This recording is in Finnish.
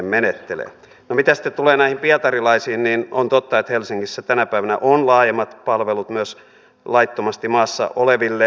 no mitä sitten tulee näihin pietarilaisiin niin on totta että helsingissä tänä päivänä on laajemmat palvelut myös laittomasti maassa oleville